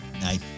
Night